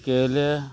केले